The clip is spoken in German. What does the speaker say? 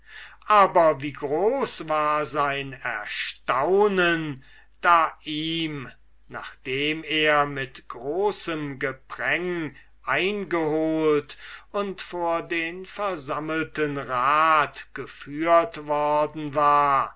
aber wie groß war sein erstaunen da ihm nachdem er mit großem gepränge eingeholt und vor den versammelten rat geführt worden war